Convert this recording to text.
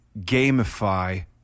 gamify